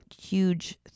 huge